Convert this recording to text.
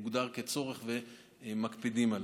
שהוגדר כצורך ומקפידים עליו.